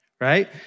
right